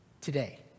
today